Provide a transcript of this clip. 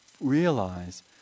realize